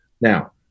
Now